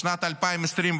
בשנת 2025,